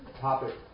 topic